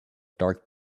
dark